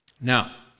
Now